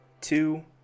two